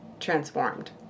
Transformed